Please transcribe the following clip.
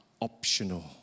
optional